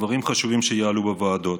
דברים חשובים שיעלו בוועדות.